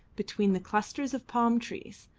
between the clusters of palm trees,